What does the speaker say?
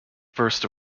first